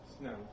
No